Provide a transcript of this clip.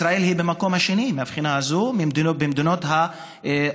ישראל היא במקום השני מהבחינה הזו במדינות ה-OECD.